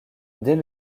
dès